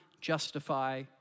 justify